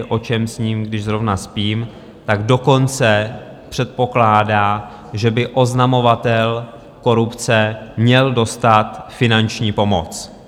O čem sním, když zrovna spím, dokonce předpokládá, že by oznamovatel korupce měl dostat finanční pomoc.